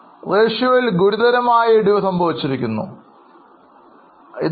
അനുപാതത്തിൽ ഗുരുതരമായ ഇടിവ് സംഭവിച്ചിരിക്കുന്നു ഇത് 1